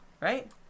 right